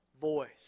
voice